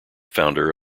founder